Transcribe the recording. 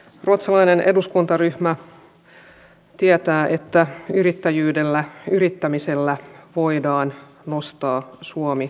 ruotsalainen eduskuntaryhmä tietää että yrittäjyydellä yrittämisellä voidaan nostaa suomi suosta